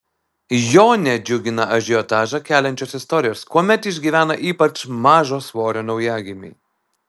jo nedžiugina ažiotažą keliančios istorijos kuomet išgyvena ypač mažo svorio naujagimiai